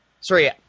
Sorry